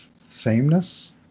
sameness